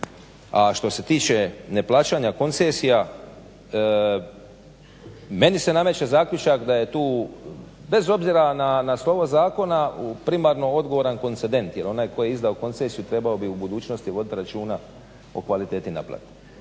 A što se tiče neplaćanja koncesija, meni se nameće zaključak da je tu bez obzira na slovo zakona primarno odgovoran koncedent jer onaj tko je izdao koncesiju trebao bi u budućnosti voditi računa o kvaliteti naplate.